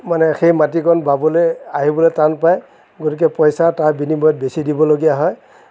মানে সেই মাটিকণ বাবলৈ আহিবলৈ টান পায় গতিকে পইচা তাৰ বিনিময়ত বেছি দিবলগীয়া হয়